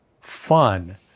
fun